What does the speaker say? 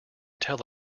tell